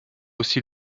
aussi